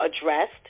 addressed